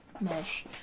mesh